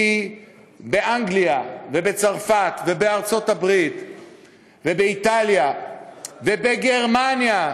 כי באנגליה ובצרפת ובארצות-הברית ובאיטליה ובגרמניה,